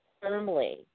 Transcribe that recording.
firmly